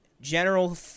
general